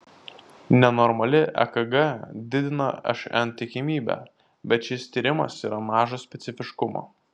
nenormali ekg didina šn tikimybę bet šis tyrimas yra mažo specifiškumo